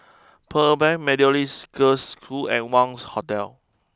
Pearl Bank Methodist Girls' School and Wangz Hotel